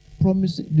promise